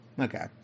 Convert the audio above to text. Okay